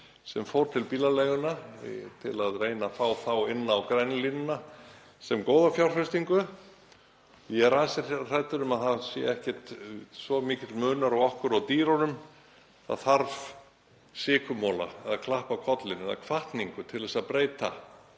sem fór til bílaleiganna til að reyna að fá þær inn á grænu línuna sem góða fjárfestingu. Ég er ansi hræddur um að það sé ekkert svo mikill munur á okkur og dýrunum. Það þarf sykurmola eða klapp á kollinn eða hvatningu til að breyta,